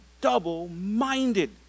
double-minded